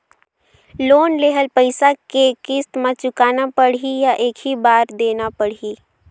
Loan लेहल पइसा के किस्त म चुकाना पढ़ही या एक ही बार देना पढ़ही?